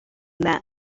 that